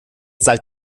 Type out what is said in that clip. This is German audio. seid